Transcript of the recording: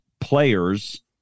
players